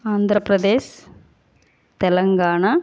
Andhra Pradesh Telangana